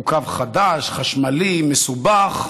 הוא קו חדש, חשמלי, מסובך.